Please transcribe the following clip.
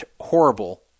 horrible